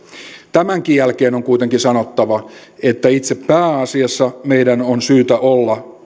tämänkin jälkeen on kuitenkin sanottava että itse pääasiassa meidän on syytä olla